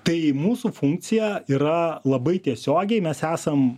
tai mūsų funkcija yra labai tiesiogiai mes esam